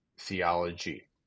theology